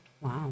Wow